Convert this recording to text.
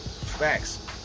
Facts